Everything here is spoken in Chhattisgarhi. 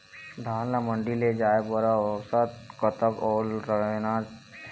धान ला मंडी ले जाय बर औसत कतक ओल रहना हे?